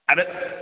ଆରେ